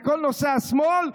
לכל נושאי השמאל,